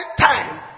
time